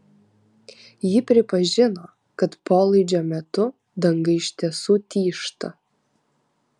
ji pripažino kad polaidžio metu danga iš tiesų tyžta